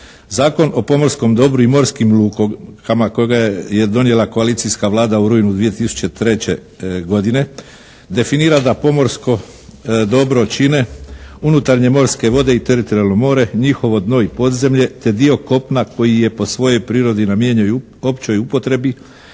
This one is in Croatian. Zakon o pomorskom dobru i morskim lukama kojega je donijela koalicijska Vlada u rujnu 2003. godine definira da pomorsko dobro čine unutarnje morske vode i teritorijalno more, njihovo dno i podzemlje te dio kopna koji je po svojoj prirodi namijenjen općoj upotrebi